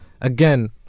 again